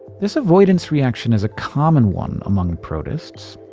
this avoidance reaction is a common one among protists.